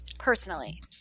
Personally